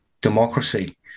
democracy